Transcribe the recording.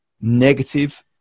negative